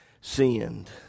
sinned